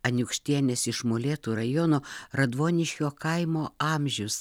aniukštienės iš molėtų rajono radvoniškio kaimo amžius